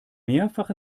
mehrfach